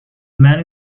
men